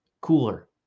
cooler